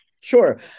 Sure